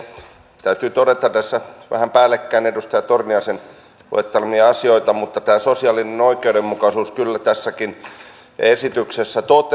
täytyy todeta tässä vähän päällekkäin edustaja torniaisen luettelemia asioita mutta tämä sosiaalinen oikeudenmukaisuus kyllä tässäkin esityksessä toteutuu